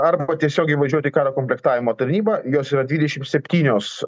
arba tiesiogiai važiuot į karo komplektavimo tarnybą jos yra dvidešimt septynios